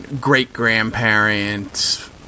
great-grandparents